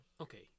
Okay